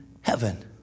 heaven